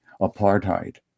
apartheid